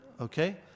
okay